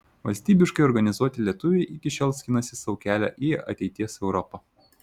valstybiškai organizuoti lietuviai iki šiol skinasi sau kelią į ateities europą